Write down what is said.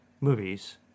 movies